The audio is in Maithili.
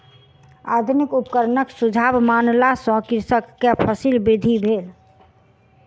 आधुनिक उपकरणक सुझाव मानला सॅ कृषक के फसील वृद्धि भेल